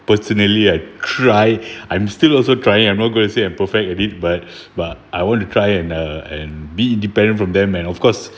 personally I'd try I'm still also trying I'm not gonna say I'm perfect at it but but I want to try and uh and be independent from them and of course